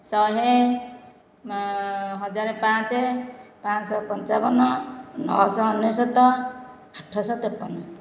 ଶହେ ହଜାର ପାଞ୍ଚ ପାଞ୍ଚଶହ ପଞ୍ଚାବନ ନଅଶହ ଅନେଶ୍ଵତ ଆଠଶହ ତେପନ